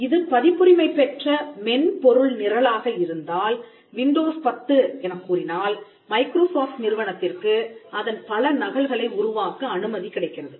இது பதிப்புரிமை பெற்ற மென்பொருள் நிரலாக இருந்தால் விண்டோஸ் 10 எனக் கூறினால் மைக்ரோசாஃப்ட் நிறுவனத்திற்கு அதன் பல நகல்களை உருவாக்க அனுமதி கிடைக்கிறது